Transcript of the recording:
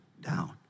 down